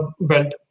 belt